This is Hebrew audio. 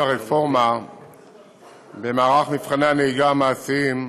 הרפורמה במערך מבחני הנהיגה המעשיים,